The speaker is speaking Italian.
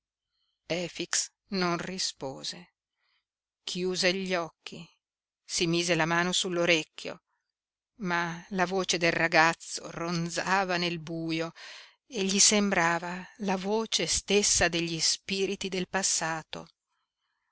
vero efix non rispose chiuse gli occhi si mise la mano sull'orecchio ma la voce del ragazzo ronzava nel buio e gli sembrava la voce stessa degli spiriti del passato